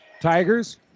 Tigers